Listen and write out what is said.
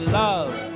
love